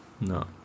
No